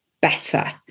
better